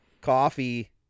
coffee